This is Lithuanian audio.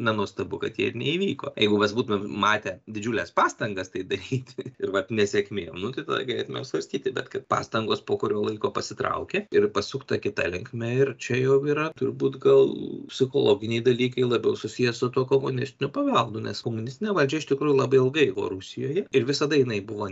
nenuostabu kad jie ir neįvyko jeigu mes būtumėm matę didžiules pastangas tai daryti ir vat nesėkmė jau nu tai tada galėtumėm svarstyti bet kad pastangos po kurio laiko pasitraukė ir pasukta kita linkme ir čia jau yra turbūt gal psichologiniai dalykai labiau susiję su tuo komunistiniu paveldu nes komunistinė valdžia iš tikrųjų labai ilgai o rusijoje ir visada jinai buvo